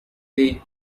they